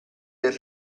del